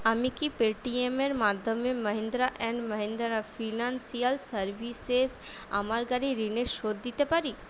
আমি কি পেটিএম এর মাধ্যমে Mahindra and Mahindra financial services আমার গাড়ির ঋণের শোধ দিতে পারি